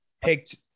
picked